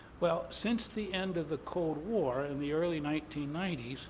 well, since the end of the cold war in the early nineteen ninety s,